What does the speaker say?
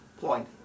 point